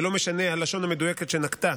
ולא משנה הלשון המדויקת שנקטה,